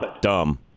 Dumb